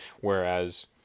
whereas